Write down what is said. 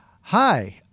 Hi